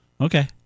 okay